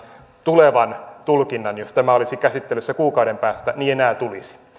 tulkinnan mukaan jos tämä olisi käsittelyssä kuukauden päästä